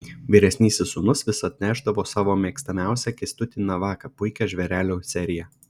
vyresnysis sūnus vis atnešdavo savo mėgstamiausią kęstutį navaką puikią žvėrelių seriją